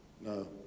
no